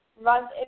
runs